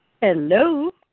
Hello